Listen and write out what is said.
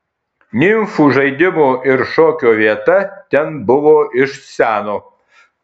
nimfų žaidimo ir šokio vieta ten buvo iš seno